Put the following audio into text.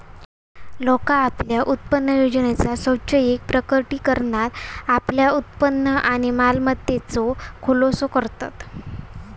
लोका आपल्या उत्पन्नयोजनेच्या स्वैच्छिक प्रकटीकरणात आपल्या उत्पन्न आणि मालमत्तेचो खुलासो करतत